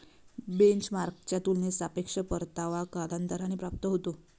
बेंचमार्कच्या तुलनेत सापेक्ष परतावा कालांतराने प्राप्त होतो